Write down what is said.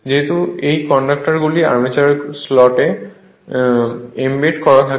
যেহেতু এই কন্ডাক্টরগুলি আর্মেচারের স্লটে এম্বেড করা থাকে